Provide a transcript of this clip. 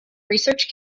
research